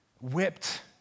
whipped